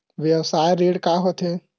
व्यवसाय ऋण का होथे?